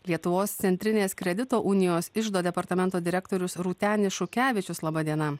lietuvos centrinės kredito unijos iždo departamento direktorius rūtenis šukevičius laba diena